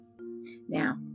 Now